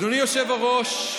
אדוני היושב-ראש,